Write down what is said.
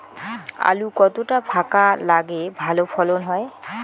আলু কতটা ফাঁকা লাগে ভালো ফলন হয়?